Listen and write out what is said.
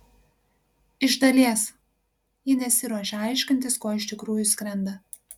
iš dalies ji nesiruošia aiškintis ko iš tikrųjų skrenda